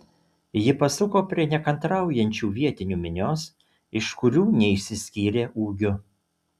ji pasuko prie nekantraujančių vietinių minios iš kurių neišsiskyrė ūgiu